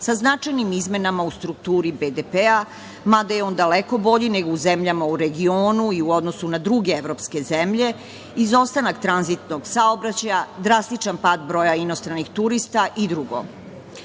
sa značajnim izmenama u strukturi BDP-a, mada je on daleko bolji u zemljama u regionu i u odnosu na druge evropske zemlje, izostanak tranzitnog saobraćaja, drastičan pad broja inostranih turista i drugo. Što